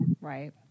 Right